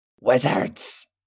Wizards